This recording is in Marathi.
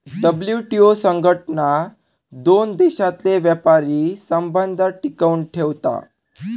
डब्ल्यूटीओ संघटना दोन देशांतले व्यापारी संबंध टिकवन ठेवता